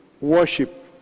worship